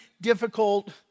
difficult